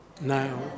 now